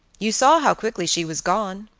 you saw how quickly she was gone.